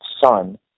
son